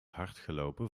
hardgelopen